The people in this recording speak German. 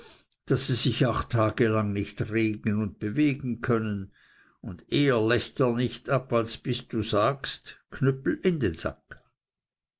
daß sie sich acht tage lang nicht regen und bewegen können und eher läßt er nicht ab als bis du sagst knüppel in den sack